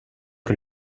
que